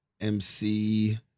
MC